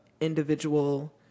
individual